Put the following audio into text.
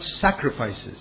sacrifices